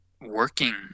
working